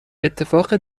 اتفاق